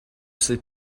sait